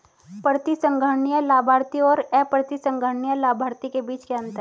प्रतिसंहरणीय लाभार्थी और अप्रतिसंहरणीय लाभार्थी के बीच क्या अंतर है?